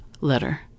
letter